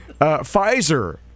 Pfizer